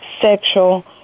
sexual